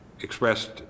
expressed